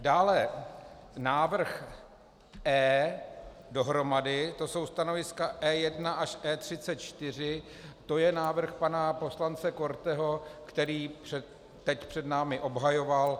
Dále návrh E dohromady to jsou stanoviska E1 až E34, to je návrh pana poslance Korteho, který teď před námi obhajoval.